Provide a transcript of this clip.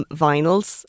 vinyls